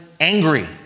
angry